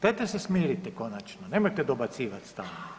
Dajte se smirite konačno, nemojte dobacivati stalno.